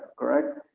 correct?